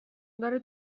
داره